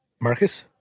Marcus